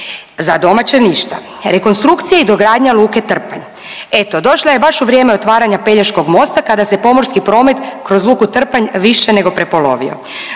za domaće ništa. Rekonstrukcija i dogradnja luke Trpanj. Eto došla je baš u vrijeme otvaranja Pelješkog mosta kada se pomorski promet kroz luku Trpanj više nego prepolovio.